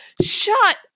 shut